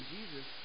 Jesus